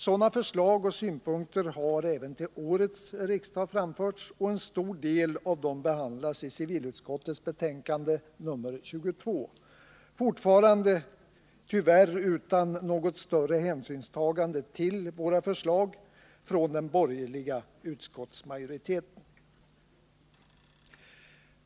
Sådana förslag och synpunkter har framförts även till årets riksdag, och en stor del av dem behandlas i civilutskottets betänkanden nr 22 och 23, fortfarande tyvärr utan något större hänsynstagande till våra förslag från den borgerliga utskottsmajoriteten.